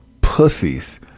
pussies